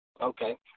Okay